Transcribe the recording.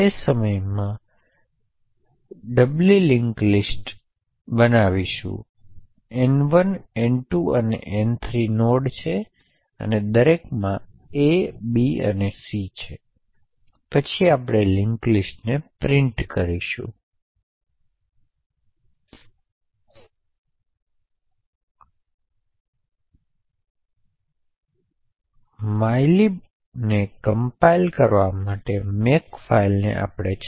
આ સૂચના આવશ્યકપણે ટાઇમસ્ટેમ્પ કાઉન્ટર વાંચે છે